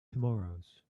tomorrows